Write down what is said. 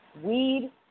weed